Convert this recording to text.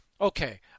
okay